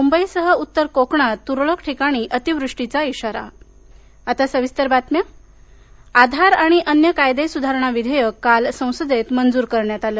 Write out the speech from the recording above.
मुंबईसह उत्तर कोकणात तूरळक ठिकाणी अतिवृष्टीचा इशारा आधार आधार आणि अन्य कायदे सुधारणा विधेयक काल संसदेत मंजूर करण्यात आलं